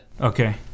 Okay